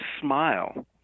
Smile